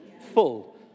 full